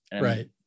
Right